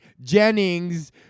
Jennings